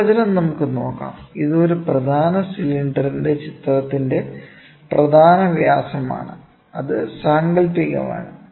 നിർവചനം നമുക്ക് നോക്കാം ഇത് ഒരു പ്രധാന സിലിണ്ടറിന്റെ ചിത്രത്തിന്റെ പ്രധാന വ്യാസം ആണ് അത് സാങ്കൽപ്പികമാണ്